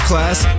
Class